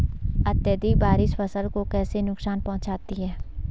अत्यधिक बारिश फसल को कैसे नुकसान पहुंचाती है?